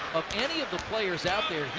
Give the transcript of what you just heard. any of the players out there,